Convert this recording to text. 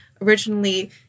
originally